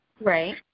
Right